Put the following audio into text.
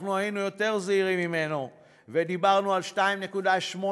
אנחנו היינו יותר זהירים ממנו ודיברנו על 2.8%,